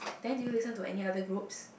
then did you listen to any other groups